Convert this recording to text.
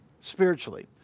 spiritually